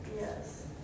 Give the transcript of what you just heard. Yes